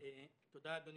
אבל כולם רשומים.